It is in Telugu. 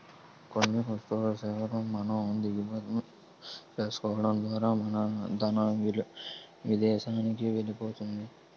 కొన్ని వస్తు సేవల మనం దిగుమతి చేసుకోవడం ద్వారా మన ధనం విదేశానికి వెళ్ళిపోతుంది